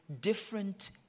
different